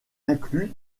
inclus